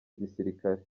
gisirikare